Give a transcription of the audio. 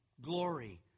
glory